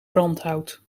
brandhout